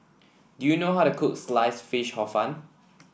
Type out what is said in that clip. do you know how to cook Sliced Fish Hor Fun